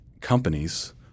companies